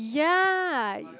ya